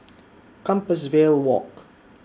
Compassvale Walk